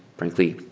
frankly,